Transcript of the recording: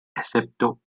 excepto